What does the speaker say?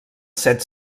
set